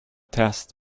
test